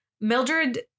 Mildred